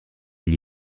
gli